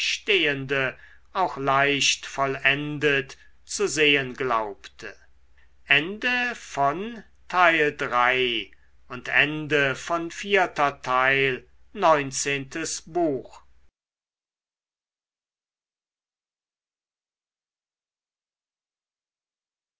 entstehende auch leicht vollendet zu sehen glaubte